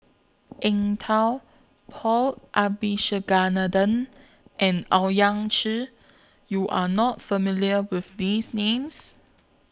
Eng Tow Paul Abisheganaden and Owyang Chi YOU Are not familiar with These Names